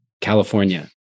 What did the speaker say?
California